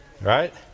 Right